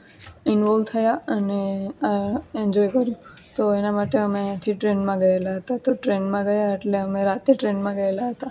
involve થયા અને enjoy કર્યું તો એના માટે અમે અહીંથી ટ્રેનમાં ગયેલા હતા તો ટ્રેનમાં ગયેલા એટલે અમે રાતે ટ્રેનમાં ગયેલા હતા